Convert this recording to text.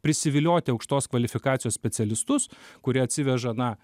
prisivilioti aukštos kvalifikacijos specialistus kurie atsiveža na